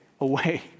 away